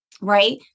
Right